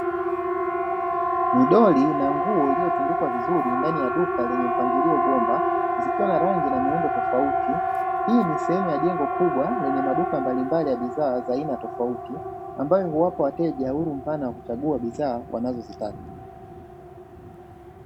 Midoli na nguo iliyotundikwa vizuri ndani ya duka lenye mpangilio bomba, zikiwa na rangi na miundo tofauti, hii ni sehemu ya duka kubwa lenye maduka mbalimbali ya bidhaa za aina tofauti, ambayo huwapa wateja uhuru mpana wa kuchagua bidhaa wanazozitaka.